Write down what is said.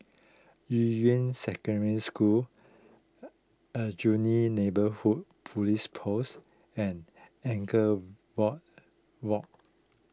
Yuying Secondary School Aljunied Neighbourhood Police Post and Anchorvale Walk Walk